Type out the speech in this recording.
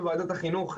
בוועדת החינוך,